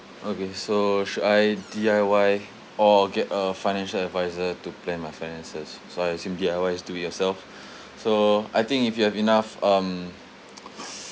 okay so should I D_I_Y or get a financial advisor to plan my finances so I assume D_I_Y is do it yourself so I think if you have enough um